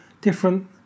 different